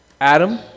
Adam